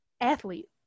athlete